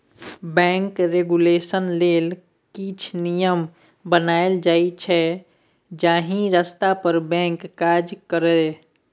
bank regulation लेल किछ नियम बनाएल जाइ छै जाहि रस्ता पर बैंक काज करय